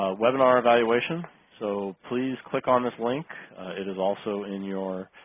ah webinar evaluation. so please click on this link it is also in your